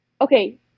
Okay